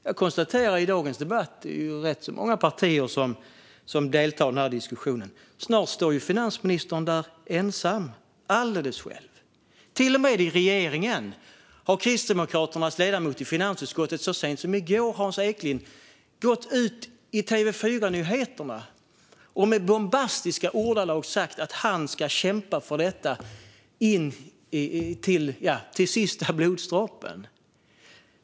Jag konstaterar att det är rätt många partier som deltar i denna diskussion i dag. Snart står ju finansministern där ensam - alldeles själv, till och med i regeringen. Kristdemokraternas ledamot i finansutskottet Hans Eklind gick så sent som i går ut i TV4-nyheterna och sa i bombastiska ordalag att han ska kämpa för detta till sista blodsdroppen.